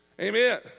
Amen